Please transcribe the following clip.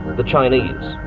the chinese,